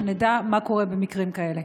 שנדע מה קורה במקרים כאלה.